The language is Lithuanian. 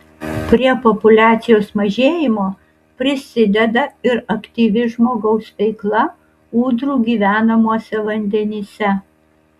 prie populiacijos mažėjimo prisideda ir aktyvi žmogaus veikla ūdrų gyvenamuose vandenyse